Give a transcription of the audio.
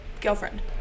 girlfriend